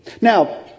Now